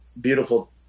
beautiful